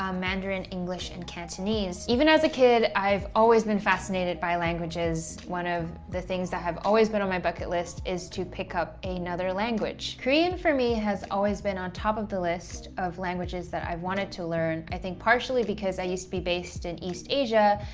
um mandarin, english and cantonese. even as a kid, i've always been fascinated by languages, one of the things that have always been on my bucket list is to pick up another language. korean for me has always been on top of the list of languages that i wanted to learn, i think, partially, because i used to be based in east asia,